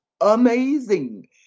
amazing